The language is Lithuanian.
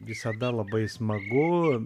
visada labai smagu